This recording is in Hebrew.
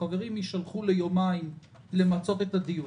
שהחברים יישלחו ליומיים למצות את הדיון?